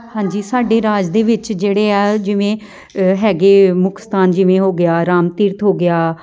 ਹਾਂਜੀ ਸਾਡੇ ਰਾਜ ਦੇ ਵਿੱਚ ਜਿਹੜੇ ਆ ਜਿਵੇਂ ਹੈਗੇ ਮੁੱਖ ਸਥਾਨ ਜਿਵੇਂ ਹੋ ਗਿਆ ਰਾਮ ਤੀਰਥ ਹੋ ਗਿਆ